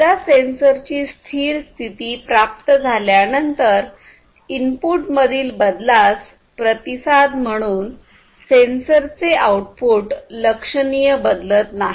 एकदा सेन्सरची स्थिर स्थिती प्राप्त झाल्यानंतर इनपुट मधील बदलास प्रतिसाद म्हणून सेन्सरचे आउटपुट लक्षणीय बदलत नाही